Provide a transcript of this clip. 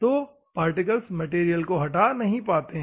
तो particles material नहीं हटा पाते है